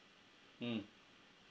mm